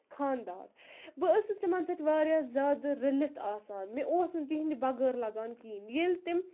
خاندار بہٕ ٲسٕس تِمَن سۭتۍ واریاہ زیادٕ رٔلِتھ آسان مےٚ اوس نہٕ تِہِنٛدِ بَغٲر لَگان کِہیٖنۍ ییٚلہِ تِم